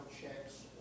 checks